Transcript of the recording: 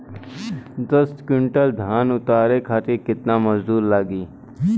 दस क्विंटल धान उतारे खातिर कितना मजदूरी लगे ला?